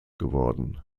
geworden